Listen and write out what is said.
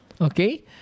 Okay